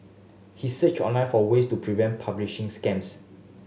he searched online for ways to prevent phishing scams